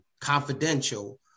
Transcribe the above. confidential